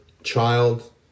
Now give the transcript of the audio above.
Child